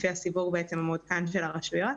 לפי הסיווג המעודכן של הרשויות.